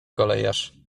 kolejarz